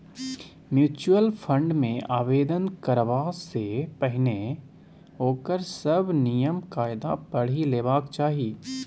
mutual fund मे आवेदन करबा सँ पहिने ओकर सभ नियम कायदा पढ़ि लेबाक चाही